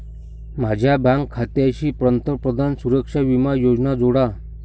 माझ्या बँक खात्याशी पंतप्रधान सुरक्षा विमा योजना जोडा